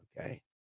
Okay